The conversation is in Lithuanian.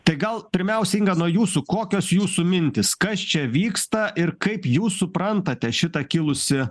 tai gal pirmiausia inga nuo jūsų kokios jūsų mintys kas čia vyksta ir kaip jūs suprantate šitą kilusį